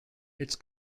its